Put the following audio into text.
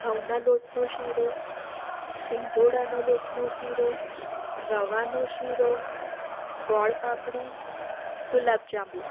ઘઉંના લોટનો શીરો શિંગોડાનો લોટનો શીરો રવાનો શીરો ગોળ પાપડી ગુલાબજાંબુ